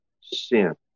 sin